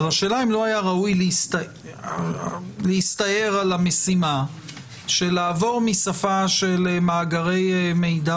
השאלה אם לא היה ראוי להסתער על המשימה ולעבור משפה של מאגרי מידע